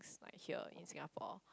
like here in Singapore